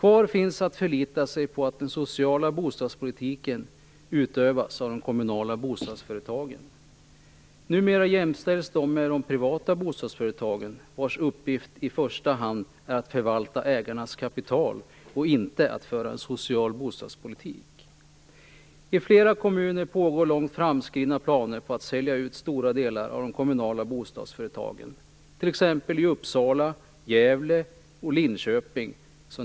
Det återstår att förlita sig på att den sociala bostadspolitiken utövas av de kommunala bostadsföretagen. Numera jämställs de med de privata bostadsföretagen, vars uppgift i första hand är att förvalta ägarnas kapital och inte att föra en social bostadspolitik. I flera kommuner finns det långt framskridna planer på att sälja ut stora delar av de kommunala bostadsföretagen, t.ex. i Uppsala, Gävle och Linköping.